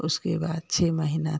उसके बाद छः महीना तक